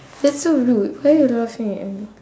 that's so rude why you laughing at me